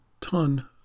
ton